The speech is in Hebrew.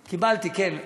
קיבלתי, כן.